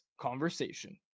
conversation